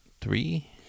three